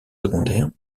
secondaire